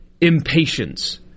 impatience